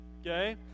Okay